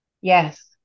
Yes